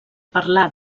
parlar